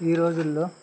ఈ రోజుల్లో